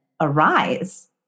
arise